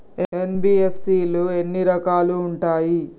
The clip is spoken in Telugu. ఎన్.బి.ఎఫ్.సి లో ఎన్ని రకాలు ఉంటాయి?